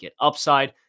GetUpside